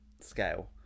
scale